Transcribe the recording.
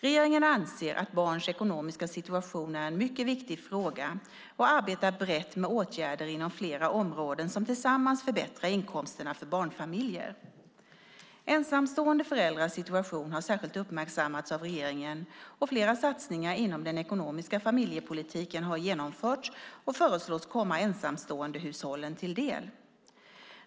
Regeringen anser att barns ekonomiska situation är en mycket viktig fråga och arbetar brett med åtgärder inom flera områden som tillsammans förbättrar inkomsterna för barnfamiljer. Ensamstående föräldrars situation har särskilt uppmärksammats av regeringen, och flera satsningar inom den ekonomiska familjepolitiken har genomförts och föreslås komma ensamståendehushållen till del.